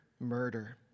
Murder